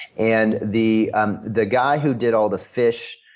and the um the guy who did all the fish,